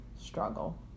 struggle